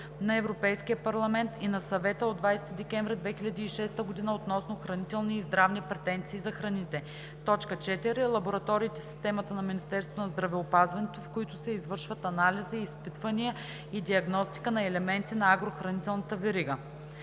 на Европейския парламент и на Съвета от 20 декември 2006 г. относно хранителни и здравни претенции за храните; 4. лабораториите в системата на Министерството на здравеопазването, в които се извършват анализи, изпитвания и диагностика на елементи на агрохранителната верига.“